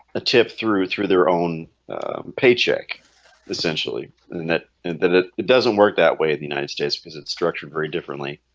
a tip through through their own paycheck essentially and and that and that it doesn't work that way the united states because it's structured very differently